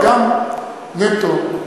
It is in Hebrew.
גם נטו,